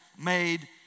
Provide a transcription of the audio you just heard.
made